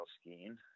skiing